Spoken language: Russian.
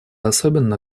особенно